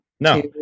No